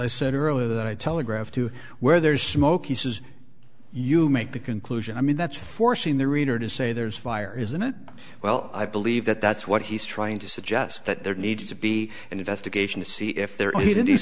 i said earlier that i telegraphed to where there's smoke he says you make the conclusion i mean that's forcing the reader to say there's fire isn't it well i believe that that's what he's trying to suggest that there needs to be an investigation to see if the